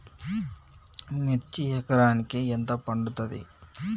మిర్చి ఎకరానికి ఎంత పండుతది?